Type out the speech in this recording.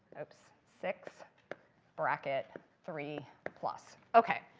oops, six bracket three plus. ok,